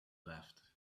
left